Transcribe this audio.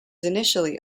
initially